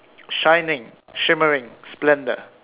shining shimmering splendour